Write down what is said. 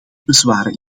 bezwaren